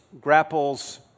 grapples